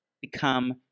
become